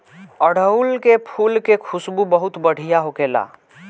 अढ़ऊल के फुल के खुशबू बहुत बढ़िया होखेला